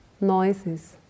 noises